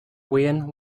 wayne